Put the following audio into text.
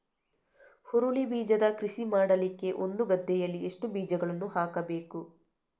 ಹುರುಳಿ ಬೀಜದ ಕೃಷಿ ಮಾಡಲಿಕ್ಕೆ ಒಂದು ಗದ್ದೆಯಲ್ಲಿ ಎಷ್ಟು ಬೀಜಗಳನ್ನು ಹಾಕಬೇಕು?